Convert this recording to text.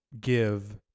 give